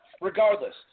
regardless